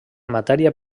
matèria